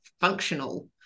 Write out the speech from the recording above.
functional